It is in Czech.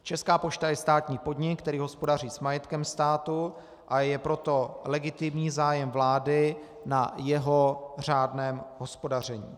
Česká pošta je státní podnik, který hospodaří s majetkem státu, a je proto legitimní zájem vlády na jeho řádném hospodaření.